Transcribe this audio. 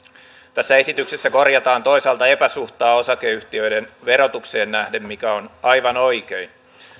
tässä esityksessä korjataan toisaalta epäsuhtaa osakeyhtiöiden verotukseen nähden mikä on aivan oikein